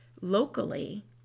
locally